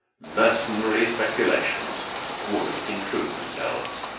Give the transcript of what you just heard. mercenary speculations would intrude themselves.